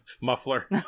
Muffler